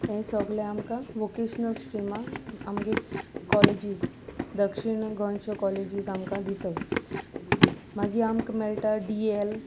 हें सगलें आमकां वोकेशनल स्ट्रीमा आमगे कॉलेजीस दक्षिण गोंयच्यो कॉलेजीस आमकां दिताय मागीर आमकां मेळटा डी एल